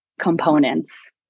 components